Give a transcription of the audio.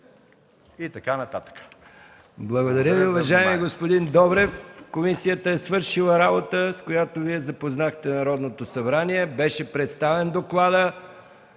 МИХАИЛ МИКОВ: Благодаря Ви, уважаеми господин Добрев. Комисията е свършила работа, с която Вие запознахте Народното събрание. Беше представен докладът.